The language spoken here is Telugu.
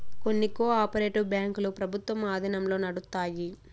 కొన్ని కో ఆపరేటివ్ బ్యాంకులు ప్రభుత్వం ఆధీనంలో నడుత్తాయి